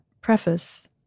preface